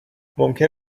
ممکن